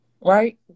right